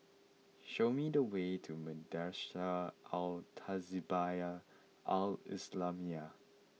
show me the way to Madrasah Al Tahzibiah Al Islamiah